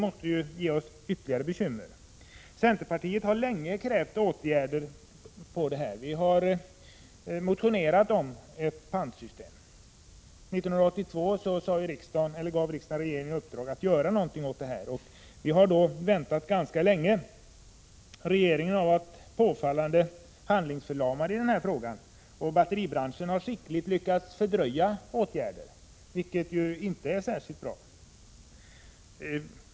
Centerpartiet har länge krävt åtgärder på det här området, och vi har motionerat om ett pantsystem. 1982 gav riksdagen regeringen i uppdrag att göra någonting åt problemet, och vi har nu väntat ganska länge. Regeringen har varit påfallande handlingsförlamad i den här frågan, och batteribranschen har skickligt lyckats fördröja åtgärder, vilket ju inte är särskilt bra.